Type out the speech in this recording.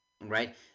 right